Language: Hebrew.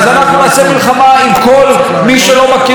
אז אנחנו נעשה מלחמה עם כל מי שלא מכיר